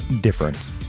different